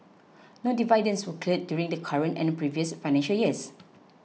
no dividends were declared during the current and previous financial years